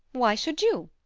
why should you?